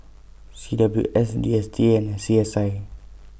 C W S D S T A and C S I